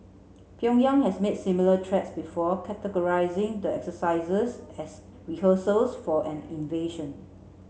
Pyongyang has made similar threats before characterising the exercises as rehearsals for an invasion